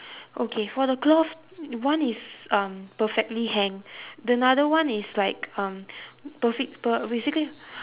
okay for the cloth one is um perfectly hang the another one is like um perfec~ per~ basically